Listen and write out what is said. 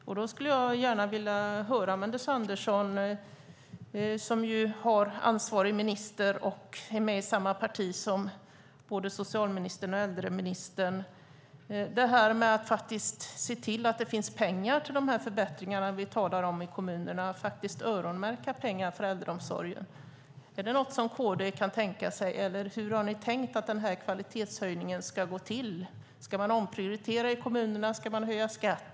Jag skulle gärna vilja höra med Anders Andersson som är med i samma parti som både socialministern och äldreministern: Att se till att det finns pengar till de förbättringar i kommunerna vi talar om, att faktiskt öronmärka pengar till äldreomsorgen - är det något KD kan tänka sig? Eller hur har ni tänkt att kvalitetshöjningen ska gå till? Ska man omprioritera i kommunerna, eller ska man höja skatten?